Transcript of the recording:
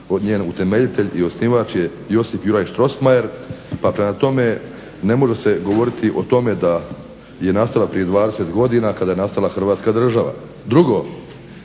njen utemeljitelj i osnivač je Josip Juraj Strossmayer pa prema tome ne može se govoriti o tome da je nastala prije 20 godina kada je nastala Hrvatska država. Drugo,